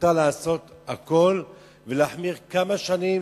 מותר לעשות הכול ולהחמיר כמה שנים,